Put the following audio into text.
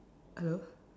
hello